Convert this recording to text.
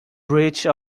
bridge